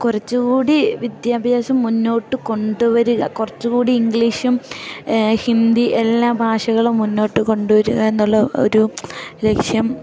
കുറച്ചു കൂടി വിദ്യാഭ്യാസം മുന്നോട്ട് കൊണ്ടുവരിക കുറച്ചു കൂടി ഇംഗ്ലീഷും ഹിന്ദി എല്ലാ ഭാഷകളും മുന്നോട്ട് കൊണ്ടുവരിക എന്നുള്ള ഒരു ലക്ഷ്യം